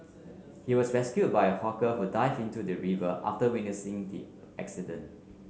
he was rescued by a hawker who dived into the river after witnessing the accident